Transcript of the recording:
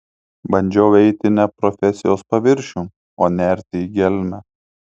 bandžiau eiti ne profesijos paviršium o nerti į gelmę